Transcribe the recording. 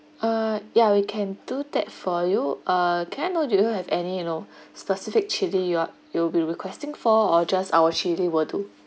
uh yeah we can do that for you uh can I know do you have any you know specific chili you are you'll be requesting for or just our chili will do